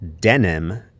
denim